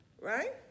right